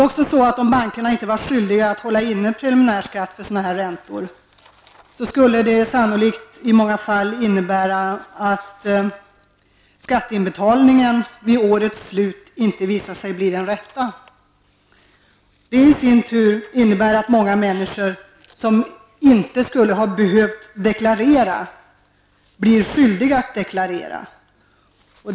Skulle bankerna inte vara skyldiga att hålla inne preliminär skatt för sådana här räntor, skulle det i många fall sannolikt innebära att skatteinbetalningen vid årets slut inte skulle visa sig bli den rätta. Detta i sin tur skulle innebära att många människor som inte skulle ha behövt deklarera skulle bli skyldiga att göra det.